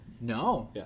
No